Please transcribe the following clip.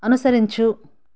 అనుసరించు